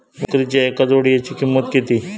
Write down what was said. बकरीच्या एका जोडयेची किंमत किती?